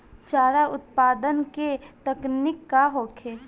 चारा उत्पादन के तकनीक का होखे?